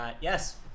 yes